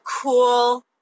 cool